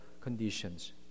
conditions